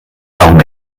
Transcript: warum